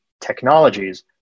technologies